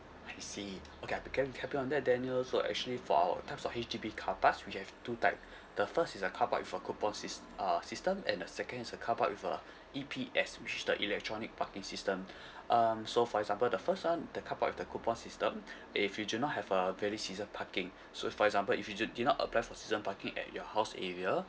I see okay I'd be glad to help you on that daniel so actually for our types of H_D_B car parks which have two type the first is a car park with a coupon sys~ uh system and the second is a car park with a E_P_S which is the electronic parking system um so for example the first one the car park with the coupon system if you do not have a valid season parking so if for example if you did did not apply for season parking at your house area